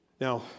Now